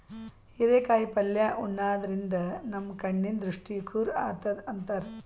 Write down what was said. ಹಿರೇಕಾಯಿ ಪಲ್ಯ ಉಣಾದ್ರಿನ್ದ ನಮ್ ಕಣ್ಣಿನ್ ದೃಷ್ಟಿ ಖುರ್ ಆತದ್ ಅಂತಾರ್